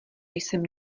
jsem